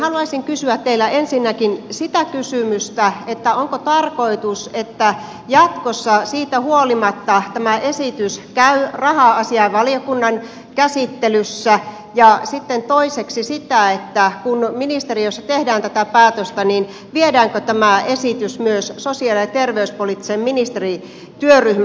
haluaisin kysyä teiltä ensinnäkin sen kysymyksen onko tarkoitus että jatkossa siitä huolimatta tämä esitys käy raha asiainvaliokunnan käsittelyssä ja sitten toiseksi sitä että kun ministeriössä tehdään tätä päätöstä niin viedäänkö tämä esitys myös sosiaali ja terveyspoliittisen ministerityöryhmän käsiteltäväksi